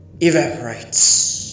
evaporates